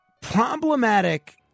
Problematic